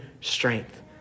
strength